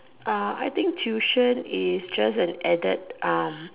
uh I think tuition is just an added um